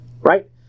right